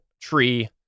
tree